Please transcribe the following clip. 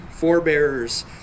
forebearers